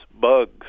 bugs